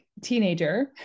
teenager